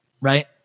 right